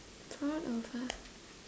part of ah